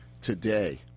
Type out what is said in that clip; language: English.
today